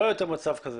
לא יהיה יותר מצב כזה.